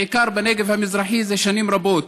בעיקר בנגב המזרחי, זה שנים רבות.